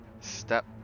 step